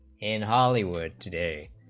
in hollywood today,